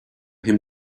him